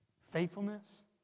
Faithfulness